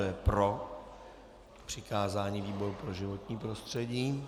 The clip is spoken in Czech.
Kdo je pro přikázání výboru pro životní prostředí?